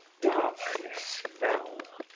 darkness fell,